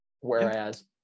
whereas